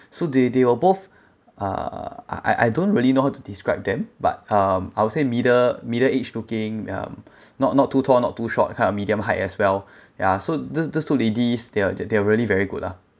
so they they were both uh I I don't really know how to describe them but um I would say middle middle age looking um not not too tall not too short medium height as well ya so this this two ladies they are they are really very good ah